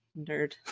nerd